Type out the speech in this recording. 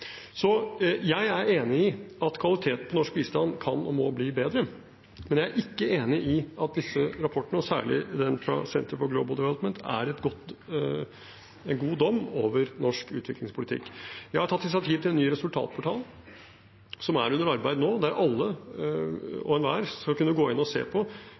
Jeg er enig i at kvaliteten på norsk bistand kan og må bli bedre, men jeg er ikke enig i at disse rapportene, og særlig den fra Center for Global Development, er en god dom over norsk utviklingspolitikk. Jeg har tatt initiativ til en ny resultatportal, som er under arbeid nå, der alle og enhver skal kunne gå inn og se ikke bare på